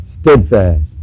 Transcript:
Steadfast